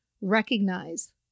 recognize